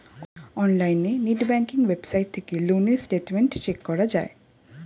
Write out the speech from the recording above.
অনলাইনে net banking website থেকে loan এর স্টেটমেন্ট চেক করা যায়